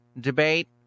debate